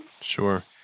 Sure